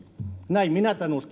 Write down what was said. näin minä tämän